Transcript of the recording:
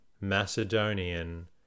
Macedonian